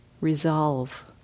Resolve